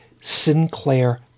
Sinclair